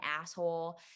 asshole